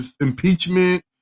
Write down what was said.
impeachment